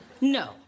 No